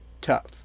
tough